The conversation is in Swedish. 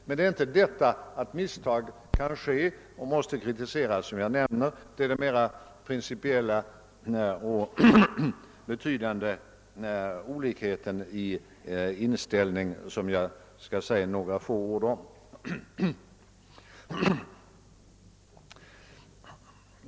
Men det är inte detta att misstag kan begås och måste kritiseras som jag vill nämna, utan det är den mera principiella och betydande olikheten i inställning som jag skall säga några få ord om.